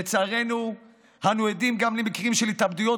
לצערנו אנו עדים גם למקרים של התאבדויות,